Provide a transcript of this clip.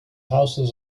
houses